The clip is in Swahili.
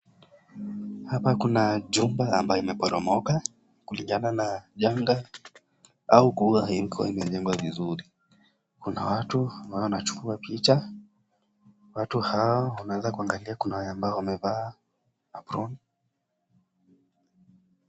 Hapa kuna jumba ambaye imeporomoka, kulingana na janga, au kuwa haikua imejengwa vizuri, kuna watu ambao wanachukua picha, watu hawa wameeza kuangalia kuna wale ambao wamevaa, apron .